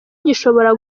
gishobora